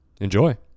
Enjoy